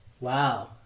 Wow